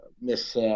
Miss